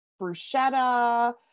bruschetta